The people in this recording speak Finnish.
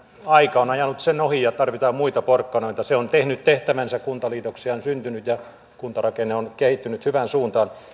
aika on ajanut tämän viiden vuoden irtisanomissuojan ohi ja tarvitaan muita porkkanoita se on tehnyt tehtävänsä kuntaliitoksia on syntynyt ja kuntarakenne on kehittynyt hyvään suuntaan